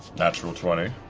natural twenty.